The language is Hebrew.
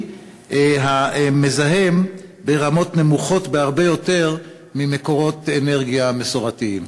המזהם ברמות נמוכות בהרבה ממקורות אנרגיה מסורתיים?